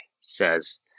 says